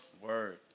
Word